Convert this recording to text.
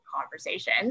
conversation